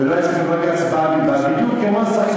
ואדוני, כדאי,